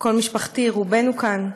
כל משפחתי, רובנו כאן.